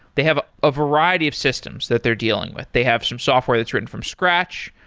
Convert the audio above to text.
they have a variety of systems that they're dealing with. they have some software that's written from scratch,